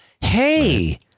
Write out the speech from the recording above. hey